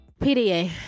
pda